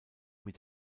mit